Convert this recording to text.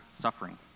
suffering